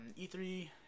E3